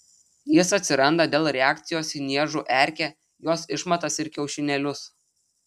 jis atsiranda dėl reakcijos į niežų erkę jos išmatas ir kiaušinėlius